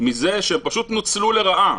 מזה שהם פשוט נוצלו לרעה.